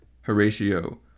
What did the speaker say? Horatio